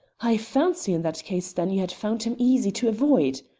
i fancy in that case, then, you had found him easy to avoid,